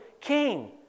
king